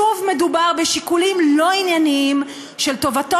שוב מדובר בשיקולים לא ענייניים של טובתו